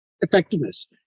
effectiveness